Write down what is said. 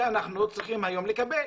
שאנחנו צריכים היום לקבל.